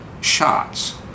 shots